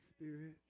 Spirit